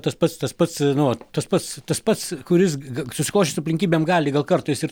tas pats tas pats nu va tas pats tas pats kuris susiklosčius aplinkybėm gali gal kartais ir